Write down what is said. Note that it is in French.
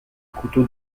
couteaux